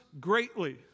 greatly